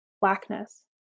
blackness